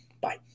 Bye